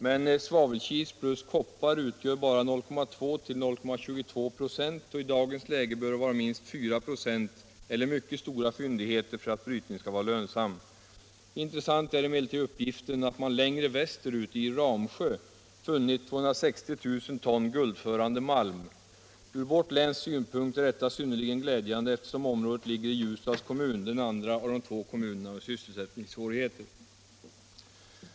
Men halten av svavelkis plus koppar utgör totalt bara 0,20-0,22 26 och i dagens läge bör det vara minst 4 4 eller mycket stora fyndigheter för att brytning skall vara lönsam. Intressant är emellertid uppgiften att man längre västerut, i Ramsjö, funnit 260 000 ton guldförande malm. Ur vårt läns synpunkt är detta synnerligen glädjande, eftersom området ligger i Ljusdals kommun — den andra av de två kommunerna med sysselsättningssvårigheter.